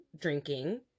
drinking